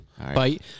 right